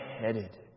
headed